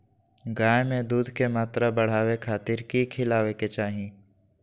गाय में दूध के मात्रा बढ़ावे खातिर कि खिलावे के चाही?